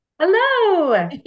Hello